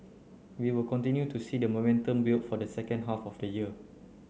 we will continue to see the momentum build for the second half of the year